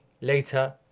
later